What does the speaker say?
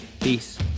Peace